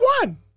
one